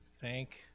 thank